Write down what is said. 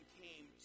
came